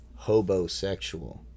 hobosexual